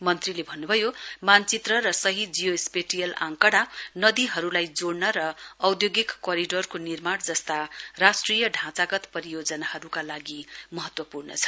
मन्त्रीले अन्नुभयो मानचित्र र सही जियो स्पेटियल आकंडा नदीहरुलाई जोइन र औधोसित कोरिडोरको निर्माण जस्ता राष्ट्रिय ढाँचागत परियोजनाहरुका लागि महत्वपूर्ण छन्